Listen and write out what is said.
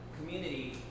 community